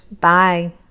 Bye